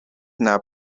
now